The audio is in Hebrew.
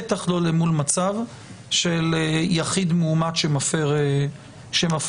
בטח לא אל מול מצב של יחיד מאומת שמפר בידוד.